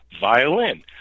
violin